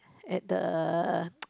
at the